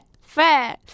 fair